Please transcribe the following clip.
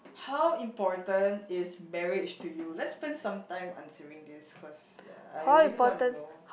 how important is marriage to you let's spent some time answering this cause ya I really want to know